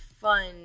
fun